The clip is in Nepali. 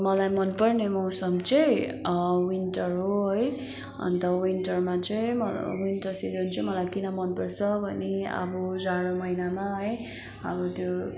मलाई मन पर्ने मौसम चाहिँ विन्टर हो है अन्त विन्टरमा चाहिँ विन्टर सिजन चाहिँ मलाई किन मनपर्छ भने अब जाडो महिनामा है अब त्यो